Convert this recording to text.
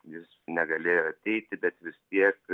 jis negalėjo ateiti bet vis tiek